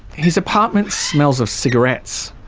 his apartment smells of cigarettes.